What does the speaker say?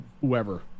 whoever